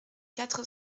quatre